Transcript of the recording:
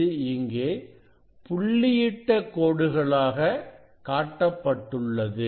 இது இங்கே புள்ளியிட்ட கோடுகளாக காட்டப்பட்டுள்ளது